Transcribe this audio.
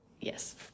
yes